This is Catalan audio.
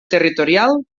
territorial